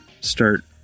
start